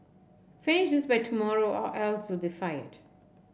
finish this by tomorrow or else you'll be fired